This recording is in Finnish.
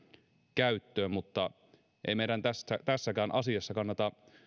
käyttöön mutta ei meidän tässäkään asiassa kannata